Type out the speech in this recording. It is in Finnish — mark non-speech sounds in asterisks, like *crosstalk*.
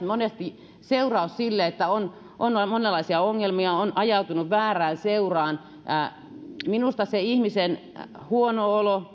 *unintelligible* monesti seuraus sille että on on monenlaisia ongelmia on ajautunut väärään seuraan minusta jos ihmisellä on huono olo